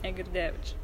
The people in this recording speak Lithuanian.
negirdėjau čia